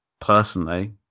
personally